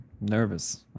Nervous